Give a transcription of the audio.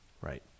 Right